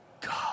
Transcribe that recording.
God